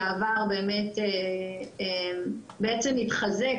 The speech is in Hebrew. שבעצם התחזק,